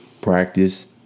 practice